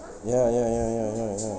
ya ya ya ya ya ya